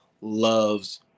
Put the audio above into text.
loves